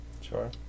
sure